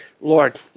Lord